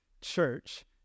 church